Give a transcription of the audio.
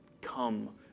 Come